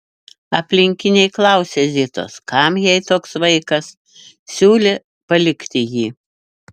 aplinkiniai klausė zitos kam jai toks vaikas siūlė palikti jį